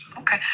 Okay